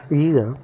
ಈಗ